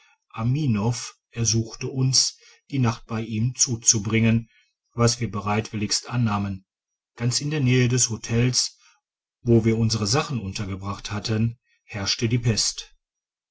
aminoff ersuchte uns die nacht bei ihm zuzubringen was wir bereitwilligst annahmen ganz in der nähe des hotels wo wir unsere sachen untergebracht hatten herrschte die pest